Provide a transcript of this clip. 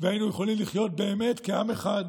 והיינו יכולים לחיות באמת כעם אחד,